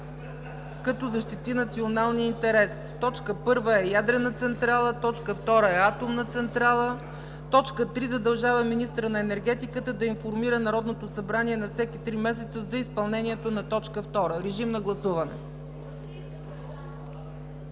като защити националния интерес.“ Точка първа е „ядрена централа“, точка втора е „атомна централа“?! „3. Задължава министъра на енергетиката да информира Народното събрание на всеки три месеца за изпълнението на точка 2.“ Режим на гласуване.